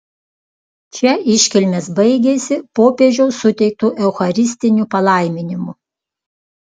čia iškilmės baigėsi popiežiaus suteiktu eucharistiniu palaiminimu